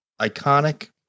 iconic